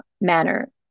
manner